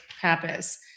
Pappas